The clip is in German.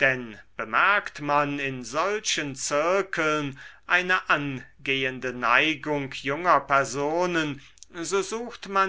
denn bemerkt man in solchen zirkeln eine angehende neigung junger personen so sucht